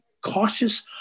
cautious